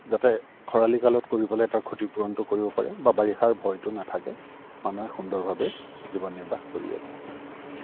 যাতে খৰালি কালত কৰি পেলাই তাৰ ক্ষতিপূৰণটো কৰিব পাৰে বা বাৰিষাৰ ভয়টো নাথাকে মানুহে সুন্দৰভাৱে জীৱন নিৰ্বাহ কৰি আছে